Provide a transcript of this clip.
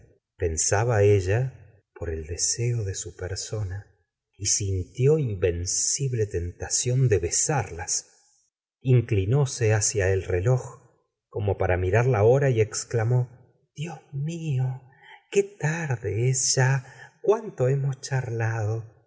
pensaba ella por el deseo de su persona y sintió inv ncible tentación de besarlas inclinóse hacia el reloj como para mirar la hora y exclamó dios mio qué tarde es ya cuánto hemós charlado